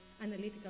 analytical